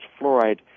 fluoride